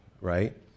right